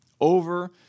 over